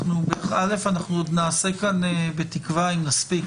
קודם כל, אנחנו עוד נעשה כאן, בתקווה אם נספיק,